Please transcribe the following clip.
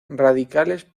radicales